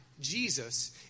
Jesus